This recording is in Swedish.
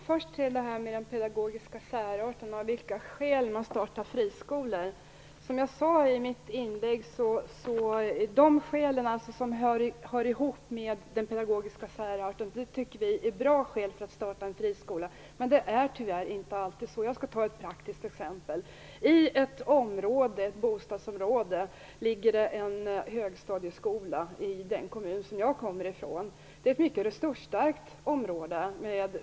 Herr talman! Först den pedagogiska särarten och av vilka skäl man startar friskolor. Som jag sade i mitt inlägg tycker vi det är bra med skäl som hänger ihop med den pedagogiska särarten. Men man har tyvärr inte alltid detta skäl. Jag skall ta ett praktiskt exempel. I den kommun som jag kommer ifrån ligger det en högstadieskola i ett mycket resursstarkt område.